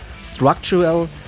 structural